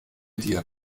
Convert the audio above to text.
dir